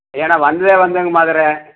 ஏன்னா வந்தது வந்தோங்க மதுரை